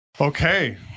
Okay